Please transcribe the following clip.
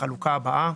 בחלוקה הבאה: